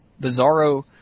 Bizarro